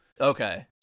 Okay